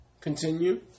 continue